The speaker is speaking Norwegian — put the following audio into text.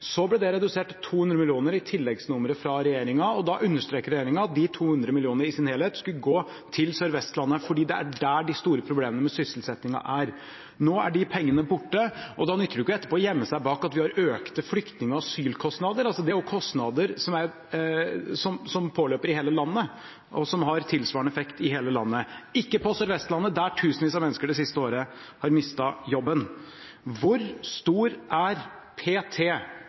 Så ble det redusert til 200 mill. kr i tilleggsnummeret fra regjeringen, og da understreket regjeringen at de 200 millionene i sin helhet skulle gå til Sør-Vestlandet, fordi det er der de store problemene med sysselsettingen er. Nå er de pengene borte, og da nytter det ikke etterpå å gjemme seg bak at vi har økte flyktning- og asylkostnader. Dette er jo kostnader som påløper i hele landet, og som har tilsvarende effekt i hele landet – ikke på Sør-Vestlandet, der tusenvis av mennesker det siste året har mistet jobben. Hvor stor er